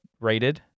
rated